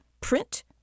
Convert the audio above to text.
print